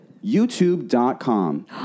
YouTube.com